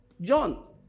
John